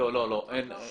אני יודע